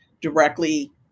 directly